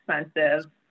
expensive